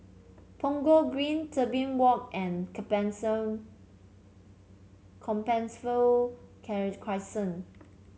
Punggol Green Tebing Walk and Compassvale Crescent